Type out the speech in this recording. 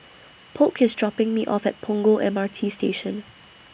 Polk IS dropping Me off At Punggol M R T Station